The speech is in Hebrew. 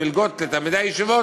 את המלגות לתלמידי הישיבות,